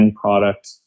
product